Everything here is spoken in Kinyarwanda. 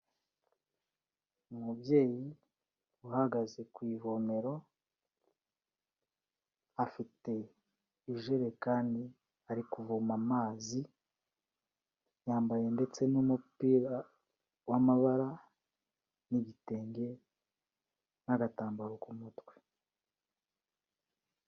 Umubyeyi uhagaze ku ivomero, afite ijerekani ari kuvoma amazi, yambaye ndetse n'umupira w'amabara n'igitenge n'agatambaro k'umutwe.